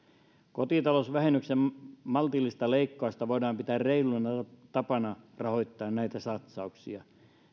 kotitalousvähennyksen maltillista leikkausta voidaan pitää reiluna tapana rahoittaa näitä satsauksia